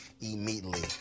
immediately